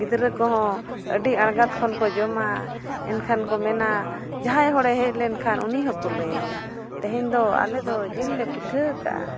ᱜᱤᱫᱽᱨᱟᱹ ᱠᱚᱦᱚᱸ ᱟᱹᱰᱤ ᱟᱬᱜᱟᱛ ᱠᱷᱚᱱ ᱠᱚ ᱡᱚᱢᱟ ᱮᱱᱠᱷᱟᱱ ᱠᱚ ᱢᱮᱱᱟ ᱡᱟᱦᱟᱸᱭ ᱦᱚᱲᱮ ᱦᱮᱡ ᱞᱮᱱᱠᱷᱟᱱ ᱩᱱᱤ ᱦᱚᱸᱠᱚ ᱞᱟᱹᱭ ᱟᱭᱟ ᱛᱮᱦᱮᱧ ᱫᱚ ᱟᱞᱮ ᱫᱚ ᱡᱤᱞ ᱞᱮ ᱯᱤᱴᱷᱟᱹ ᱟᱠᱟᱫᱼᱟ